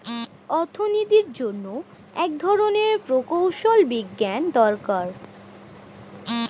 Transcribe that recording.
অর্থনীতির জন্য এক ধরনের প্রকৌশল বিজ্ঞান দরকার